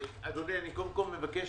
אדוני, אני מבקש